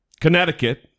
Connecticut